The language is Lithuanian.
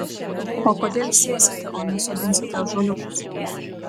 o kodėl sėsite o ne sodinsite ąžuoliukus